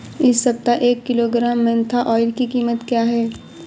इस सप्ताह एक किलोग्राम मेन्था ऑइल की कीमत क्या है?